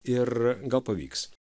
ir gal pavyks